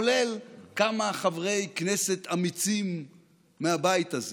כולל כמה חברי כנסת אמיצים בתוך הבית הזה.